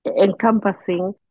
encompassing